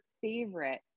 favorite